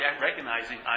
recognizing